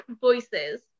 Voices